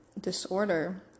disorder